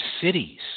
cities